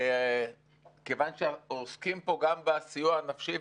מכיוון שעוסקים פה גם בסיוע הנפשי,